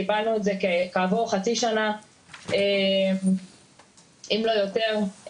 קיבלנו את זה כעבור חצי שנה אם לא יותר,